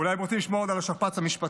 אולי הם רוצים לשמוע עוד על השכפ"ץ המשפטי,